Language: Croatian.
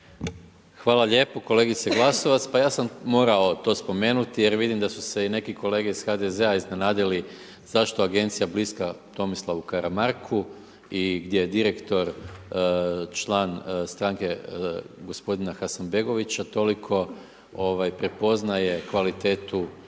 Hvala lijepo. Kolegice Glasovac, pa ja sam moramo to spomenuti jer vidim da su se i neki kolege iz HDZ-a iznenadili zašto agencija bliska Tomislavu Karamarku i gdje direktor član stranke gospodina Hasanbegovića, toliko prepoznaje kvalitetu